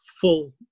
full